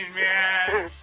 man